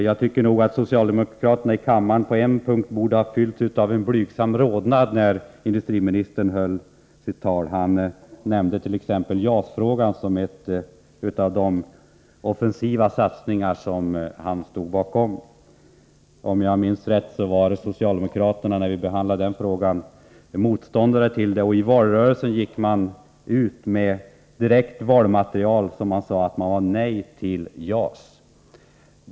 Jag tycker nog att socialdemokraterna borde ha rodnat vid en punkt i industriministerns tal. Han nämnde JAS som exempel på de offensiva satsningar som han står bakom. Om jag minns rätt var socialdemokraterna motståndare till JAS när vi behandlade den frågan. Och i valrörelsen gick man ut med valmaterial där man direkt sade nej till JAS.